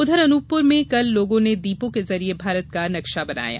उधर अनूपपुर में कल लोगों ने दीपों के जरिये भारत का नक्शा बनाया